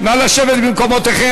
נא לשבת במקומותיכם.